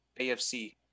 AFC